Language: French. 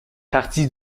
partie